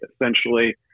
essentially